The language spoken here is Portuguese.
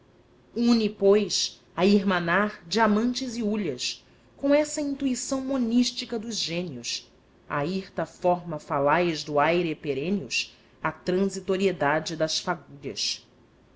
une pois a irmanar diamantes e hulhas com essa intuição monística dos gênios a hirta forma falaz do aere perennius a transitoriedade das fagulhas